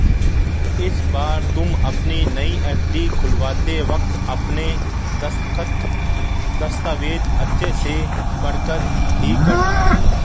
इस बार तुम अपनी नई एफ.डी खुलवाते वक्त अपने दस्तखत, दस्तावेज़ अच्छे से पढ़कर ही करना